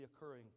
reoccurring